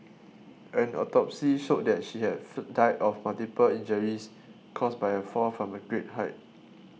an autopsy showed that she had futile of multiple injuries caused by a fall from a great height